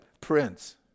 Prince